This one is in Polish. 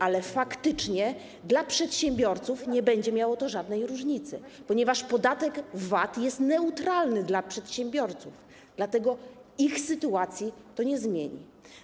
Ale faktycznie dla przedsiębiorców nie będzie to stanowiło żadnej różnicy, ponieważ podatek VAT jest neutralny dla przedsiębiorców, dlatego ich sytuacji to nie zmieni.